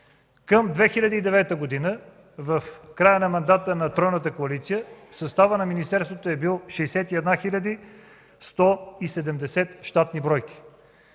Към 2009 г. в края на мандата на тройната коалиция съставът на министерството е бил 61 170 щатни бройки.